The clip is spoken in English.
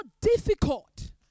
difficult